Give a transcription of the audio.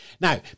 Now